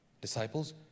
disciples